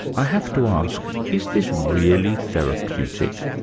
i have to ask, is this really therapeutic?